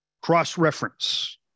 Cross-reference